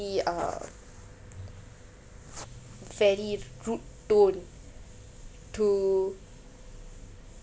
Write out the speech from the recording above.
uh very rude tone to